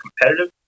competitive